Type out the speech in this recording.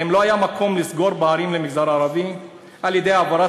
האם לא היה מקום לסגור פערים למגזר הערבי על-ידי העברת